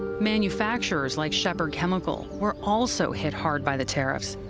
manufacturers like shepherd chemical were also hit hard by the tariffs,